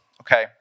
Okay